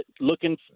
looking